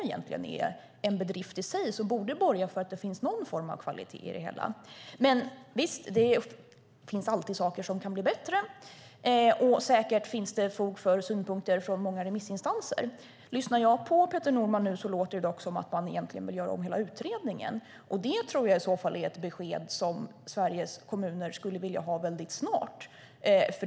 Det är en bedrift i sig som borde borga för att det finns någon form av kvalitet i det hela. Visst finns det alltid saker som kan bli bättre. Säkert finns det fog för synpunkter från många remissinstanser. När jag nu lyssnar på Peter Norman låter det dock som att man vill göra om hela utredningen. Det är i så fall ett besked som Sveriges kommuner vill ha snart.